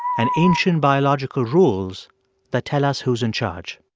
and ancient biological rules that tell us who's in charge